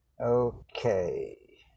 Okay